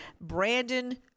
Brandon